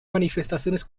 manifestaciones